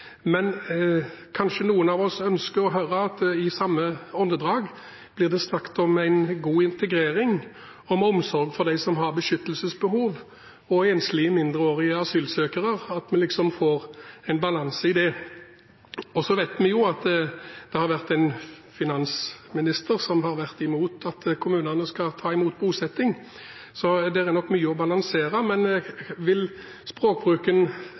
Men kanskje noen av oss ønsker å høre at det i samme åndedrag blir snakket om en god integrering, om omsorg for dem som har beskyttelsesbehov og om enslige mindreårige asylsøkere, og at vi får en balanse i det. Så vet vi at finansministeren har vært imot at kommunene skal ta imot for bosetting, så det er nok mye å balansere, men vil man i språkbruken